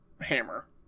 hammer